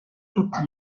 tutti